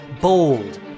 bold